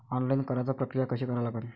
Online कराच प्रक्रिया कशी करा लागन?